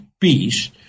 peace